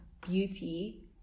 beauty